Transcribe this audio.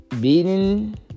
Beating